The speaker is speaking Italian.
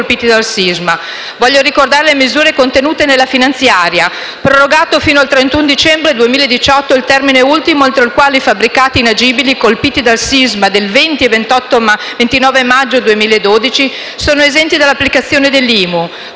Voglio ricordare le misure contenute nella finanziaria: prorogato fino al 31 dicembre 2018 il termine ultimo entro il quale i fabbricati inagibili, colpiti dal sisma del 20 e 29 maggio 2012, sono esenti dall'applicazione dell'IMU;